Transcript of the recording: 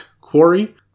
quarry